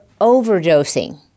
overdosing